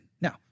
Now